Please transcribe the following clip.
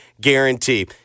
guarantee